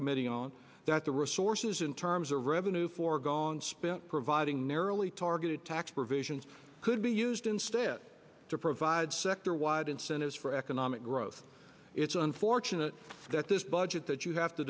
committee on that the resources in terms of revenue foregone spent providing narrowly targeted tax provisions could be used instead to provide sector wide incentives for economic growth it's unfortunate that this budget that you have to